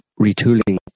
retooling